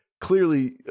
Clearly